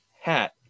hat